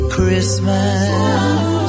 Christmas